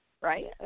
Right